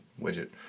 widget